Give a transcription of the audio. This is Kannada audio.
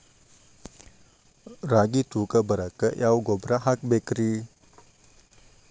ರಾಗಿ ತೂಕ ಬರಕ್ಕ ಯಾವ ಗೊಬ್ಬರ ಹಾಕಬೇಕ್ರಿ?